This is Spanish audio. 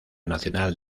nacional